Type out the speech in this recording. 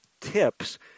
tips